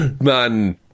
man